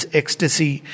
ecstasy